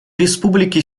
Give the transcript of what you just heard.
республики